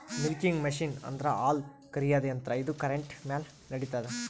milking machine ಅಂದ್ರ ಹಾಲ್ ಕರ್ಯಾದ್ ಯಂತ್ರ ಇದು ಕರೆಂಟ್ ಮ್ಯಾಲ್ ನಡಿತದ್